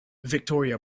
victoria